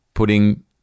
putting